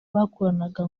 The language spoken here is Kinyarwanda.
bakoranaga